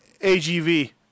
AGV